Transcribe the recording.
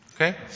okay